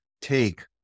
take